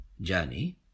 journey